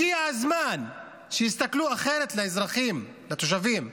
הגיע הזמן שתסתכלו אחרת על האזרחים, על התושבים.